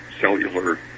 cellular